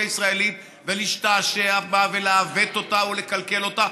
הישראלית ולהשתעשע בה ולעוות אותה ולקלקל אותה,